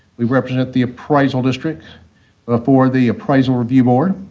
we represent the appraisal district before the appraisal review board.